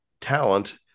talent